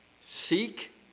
seek